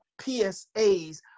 PSAs